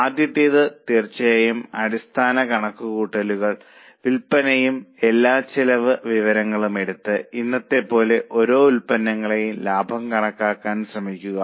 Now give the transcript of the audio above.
ആദ്യത്തേത് തീർച്ചയായും അടിസ്ഥാന കണക്കുകൂട്ടൽ വിൽപ്പനയും എല്ലാ ചെലവ് വിവരങ്ങളും എടുത്ത് ഇന്നത്തെ പോലെ ഓരോ ഉൽപ്പന്നങ്ങളുടെയും ലാഭം കണക്കാക്കാൻ ശ്രമിക്കുക